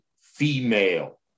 female